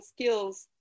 skills